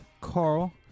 Carl